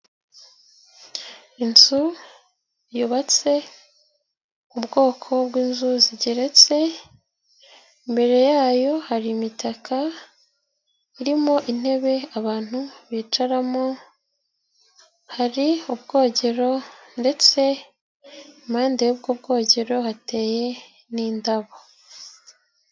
inzu yubatse m'ubwoko bw'inzuzigeretse, mbere yayo hari imitaka irimo intebe abantu bicaramo, hari ubwogero ndetse impande y'u bwo bwogero hateye ndabo.